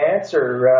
answer